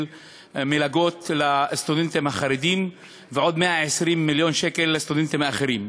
מלגות לסטודנטים החרדים ועוד 120 מיליון שקל לסטודנטים האחרים.